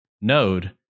Node